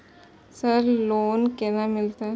Sir loan केना मिलते?